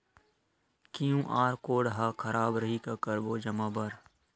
QR code हा खराब रही का करबो जमा बर?